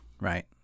right